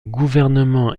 gouvernement